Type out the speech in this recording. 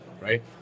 right